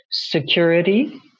security